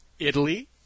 Italy